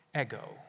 Ego